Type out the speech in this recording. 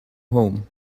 home